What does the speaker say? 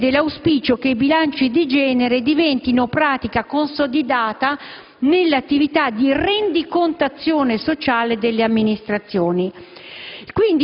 prevede l'auspicio che «i bilanci di genere diventino pratica consolidata nell'attività di rendicontazione sociale delle amministrazioni»;